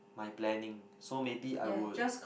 my planning so maybe I would